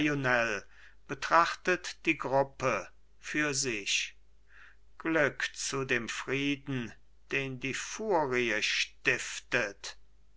betrachtet die gruppe für sich glück zu dem frieden den die furie stiftet